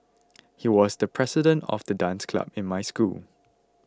he was the president of the dance club in my school